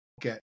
get